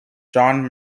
john